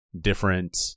different